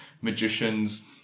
magicians